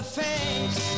face